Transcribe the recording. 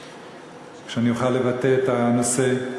שאני אוכל לבטא את הנושא.